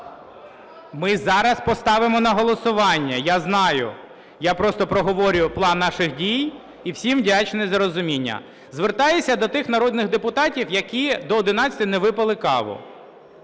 Ми зараз поставимо на голосування, я знаю. Я просто проговорюю план наших дій, і всім вдячний за розуміння. Звертаюся до тих народних депутатів, які до 11:00 не випили кави.